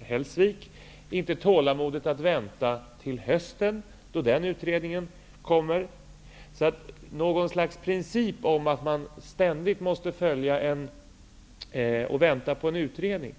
Hellsvik, hade inte tålamod att vänta till hösten, då den utredningen är färdig. Någon princip som säger att man ständigt måste invänta en utredning finns alltså inte.